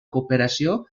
cooperació